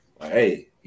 hey